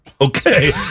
okay